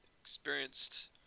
experienced